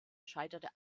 scheiterte